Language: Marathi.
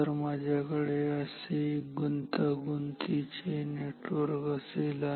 जर माझ्याकडे असे एक गुंतागुंतीचे नेटवर्क असेल